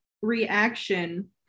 Reaction